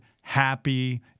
happy